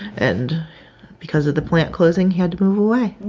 and because of the plant closing, he had to move away.